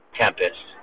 tempest